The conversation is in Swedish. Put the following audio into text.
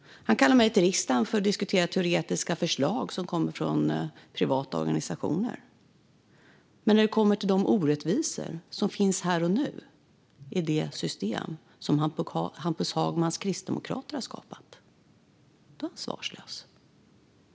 Han kallar mig till riksdagen för att diskutera teoretiska förslag som kommer från privata organisationer, men när det gäller de orättvisor som finns här och nu i det system som Hampus Hagmans kristdemokrater har skapat är han svarslös.